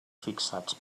fixats